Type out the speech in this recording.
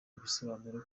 ibisobanuro